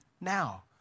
now